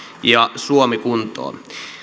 ja suomi kuntoon